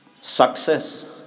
success